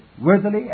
worthily